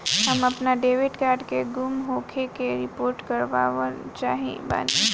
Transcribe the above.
हम आपन debit card के गुम होखे के रिपोर्ट करवाना चाहत बानी